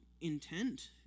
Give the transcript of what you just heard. intent